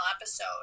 episode